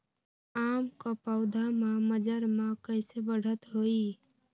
आम क पौधा म मजर म कैसे बढ़त होई?